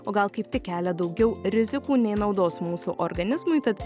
o gal kaip tik kelia daugiau rizikų nei naudos mūsų organizmui tad